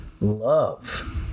Love